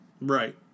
Right